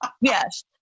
yes